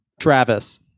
Travis